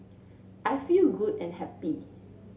I feel good and happy